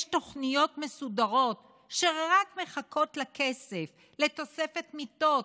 יש תוכניות מסודרות שרק מחכות לכסף: תוספת מיטות,